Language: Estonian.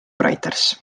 reuters